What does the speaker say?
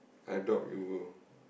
I doubt we will